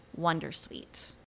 Wondersuite